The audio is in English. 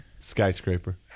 Skyscraper